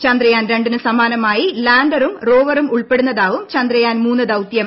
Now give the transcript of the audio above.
ചന്ദ്രയാൻ രണ്ടിന് സമാനമായി ലാൻഡറും റോവറും ഉൾപ്പെടുന്നതാവും ചന്ദ്രയാൻ മൂന്ന് ദൌത്യം